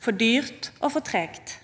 for dyrt og for tregt.